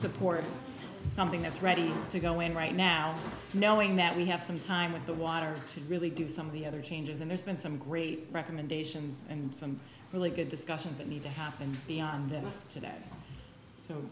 support something that's ready to go in right now knowing that we have some time with the water to really give some of the other changes and there's been some great recommendations and some really good discussions that need to happen beyond this today so